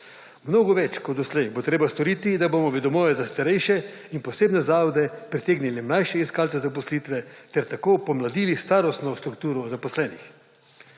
Mnogo več kot doslej bo treba storiti, da bomo v domove za starejše in posebne zavode pritegnili mlajše iskalce zaposlitve ter tako pomladili starostno strukturo zaposlenih.